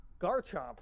Garchomp